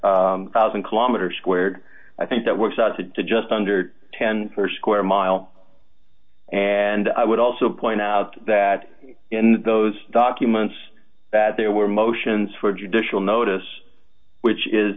thousand kilometer square i think that works out to just under ten per square mile and i would also point out that in those documents that there were motions for judicial notice which is